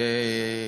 בשטח.